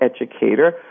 educator